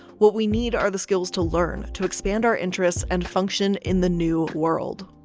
what we need are the skills to learn, to expand our interests and function in the new world.